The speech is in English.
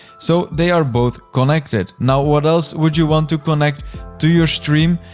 so they are both connected. now, what else would you want to connect to your stream?